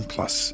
Plus